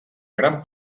gran